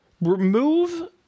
Remove